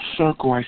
circle